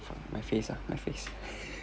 from my face ah my face